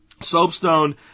Soapstone